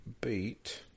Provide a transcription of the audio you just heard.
beat